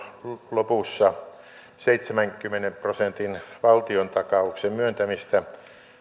lopussa seitsemänkymmenen prosentin valtiontakauksen myöntämistä